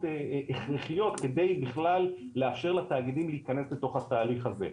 הכרחיות כדי בכלל לאפשר לתאגידים להיכנס לתוך התהליך הזה.